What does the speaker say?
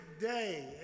day